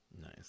Nice